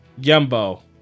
Yumbo